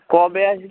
কবে আসবে